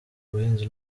buhinzi